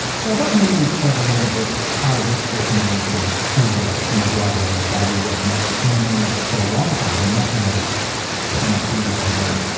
so i thought maybe we'd start a little bit with how this fits into your sort of oeuvre more broadly, your body of work and i've known you for a long time. we met when i was twenty two or something.